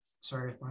sorry